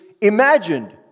imagined